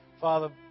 Father